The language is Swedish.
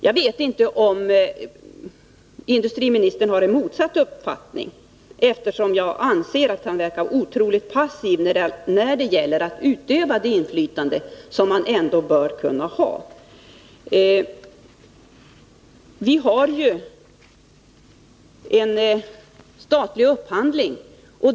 Jag vet inte om industriministern har en motsatt uppfattning, eftersom jag anser att han verkar otroligt passiv när det gäller att utöva det inflytande som han ändå bör kunna ha. Vi har ju en statlig upphandling.